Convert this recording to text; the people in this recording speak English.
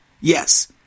Yes